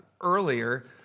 earlier